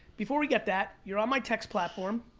before we get that, you're on my text platform.